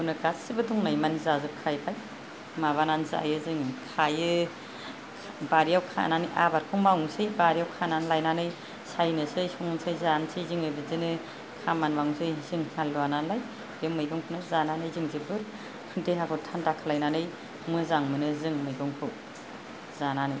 गासिबो दंनायमानि जाजोबखायोखा माबानानै जायो जोङो खायो बारियाव खानानै आबादखौ मावनोसै बारियाव खानानै लायनानै सायनोसै संसै जानोसै जोङो बिदिनो खामानि मावनोसै जों हालुवा नालाय बे मैगंखौनो जानानै जोबोद देहाखौ थान्दा खालायनानै मोजां मोनो जों मैगंखौ जानानै